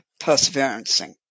perseverancing